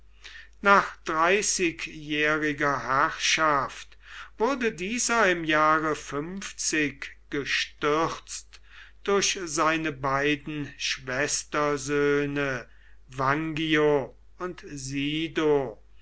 nach dreißigjähriger herrschaft wurde dieser im jahre gestürzt durch seine beiden schwestersöhne vangio und sido